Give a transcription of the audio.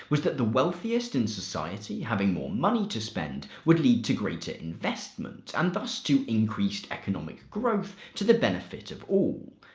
was that the wealthiest in society having more money to spend would lead to greater investment and thus to increased economic growth to the benefit of all.